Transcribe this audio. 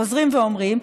וחוזרים ואומרים,